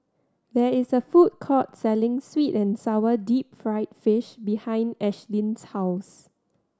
there is a food court selling sweet and sour deep fried fish behind Ashlynn's house